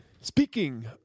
Speaking